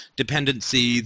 dependency